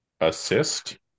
assist